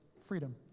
Freedom